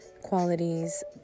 qualities